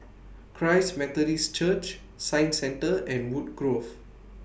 Christ Methodist Church Science Centre and Woodgrove